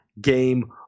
game